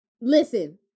Listen